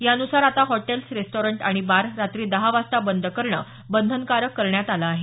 यानुसार आता hotels restaurant आणि बार रात्री दहा वाजता बंद करण बंधनकारक करण्यात आल आहे